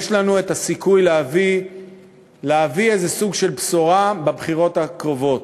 יש לנו סיכוי להביא איזה סוג של בשורה בבחירות הקרובות.